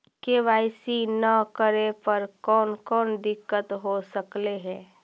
KYC न करे पर कौन कौन दिक्कत हो सकले हे?